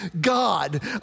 God